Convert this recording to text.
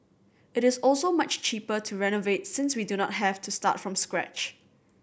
it is also much cheaper to renovate since we do not have to start from scratch